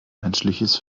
menschliches